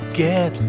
get